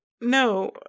No